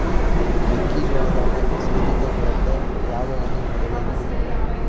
ಮೆಕ್ಕಿಜೋಳದಾಗ ಸೈನಿಕ ಹುಳಕ್ಕ ಯಾವ ಎಣ್ಣಿ ಹೊಡಿಬೇಕ್ರೇ?